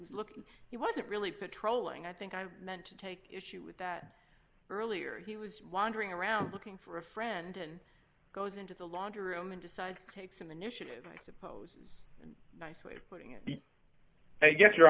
and look he wasn't really patrolling i think i meant to take issue with that earlier he was wandering around looking for a friend and goes into the laundry room and decides to take some initiative i suppose nice way of putting it yes you